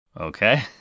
Okay